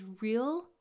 real